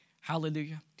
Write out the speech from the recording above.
Hallelujah